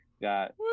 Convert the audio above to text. Got